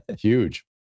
Huge